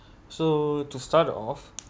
so to start off